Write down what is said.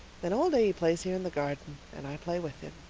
then all day he plays here in the garden. and i play with him.